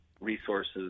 resources